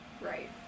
Right